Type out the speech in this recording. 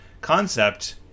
concept